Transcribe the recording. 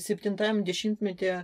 septintajam dešimtmetyje